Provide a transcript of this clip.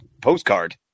postcard